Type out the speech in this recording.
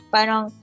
Parang